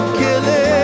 killing